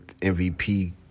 MVP